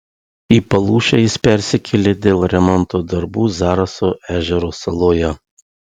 į palūšę jis persikėlė dėl remonto darbų zaraso ežero saloje